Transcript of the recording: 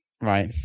Right